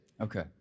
Okay